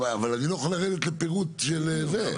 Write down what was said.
אבל אני לא יכול לרדת לפירוט של זה.